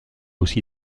aussi